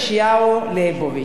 פרופסור ישעיהו ליבוביץ: